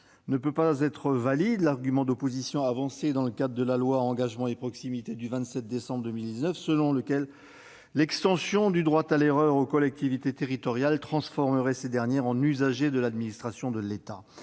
ne peut valider l'argument d'opposition, avancé dans le cadre de l'examen de la loi Engagement et proximité du 27 décembre 2019 et selon lequel l'extension du droit à l'erreur aux collectivités territoriales transformerait ces dernières en usagers de l'administration de l'État.